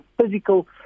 physical